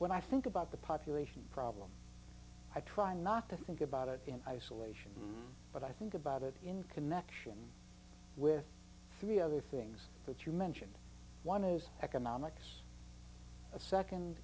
when i think about the population problem i try not to think about it in isolation but i think about it in connection with three other things that you mentioned one is economics a second